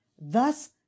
thus